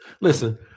listen